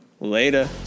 Later